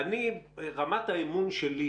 רמת האמון שלי